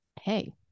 Hey